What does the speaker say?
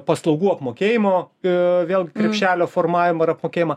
paslaugų apmokėjimo ir vėl krepšelio formavimą ir apmokėjimą